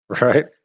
Right